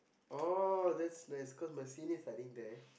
oh that's nice cause my senior is studying there